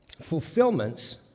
fulfillments